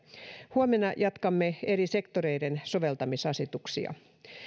huomenna jatkamme eri sektoreiden soveltamisasetuksilla